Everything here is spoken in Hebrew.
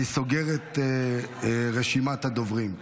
אני סוגר את רשימת הדוברים.